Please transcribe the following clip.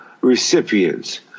recipients